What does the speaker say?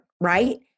right